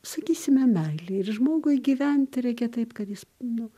sakysime meilėj ir žmogui gyventi reikia taip kad jis nu